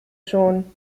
schon